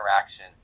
interaction